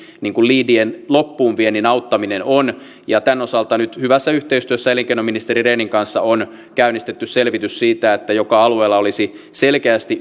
liidien loppuunviennin auttaminen on ja tämän osalta nyt hyvässä yhteistyössä elinkeinoministeri rehnin kanssa on käynnistetty selvitys siitä että joka alueella olisi selkeästi